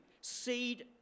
Seed